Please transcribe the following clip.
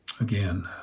Again